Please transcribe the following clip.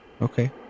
Okay